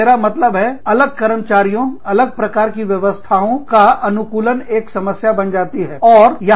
मेरा मतलब है अलग कर्मचारियों अलग प्रकार की व्यवस्थाओं का अनुकूलन एक समस्या बन जाती है